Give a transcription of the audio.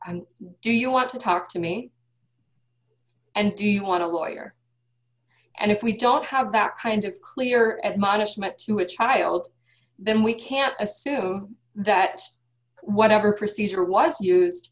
s do you want to talk to me and do you want to lawyer and if we don't have that kind of clear admonishment to a child then we can assume that whatever procedure was used